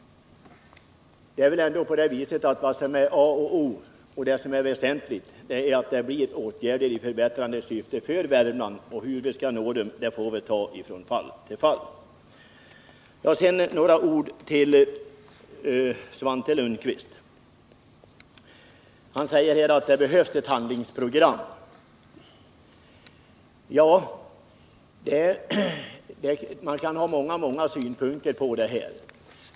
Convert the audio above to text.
Det kan väl vem som helst räkna ut. Men vad som är väsentligt är att åtgärder i förbättrande syfte kommer till stånd i Värmland. Diskussionen om hur vi skall nå dithän får vi ta från fall till fall. Sedan några ord till Svante Lundkvist. Han säger att det behövs ett handlingsprogram. Ja, man kan ha många synpunkter på detta.